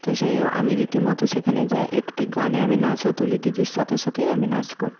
তো সেই ও আমি রীতিমতো সেখানে যায় একটি গানে আমি নাচও তুলি দিদির সাথে সাথেই আমি নাচ করতাম